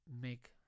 make